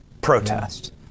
protest